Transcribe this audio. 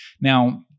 Now